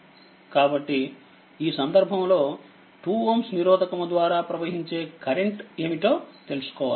కాబట్టిఈ సందర్భంలో2Ωనిరోధకముద్వారా ప్రవహించే కరెంట్ ఏమిటో తెలుసుకోవాలి